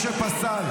חבר הכנסת משה פסל.